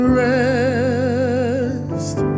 rest